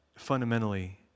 fundamentally